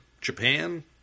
Japan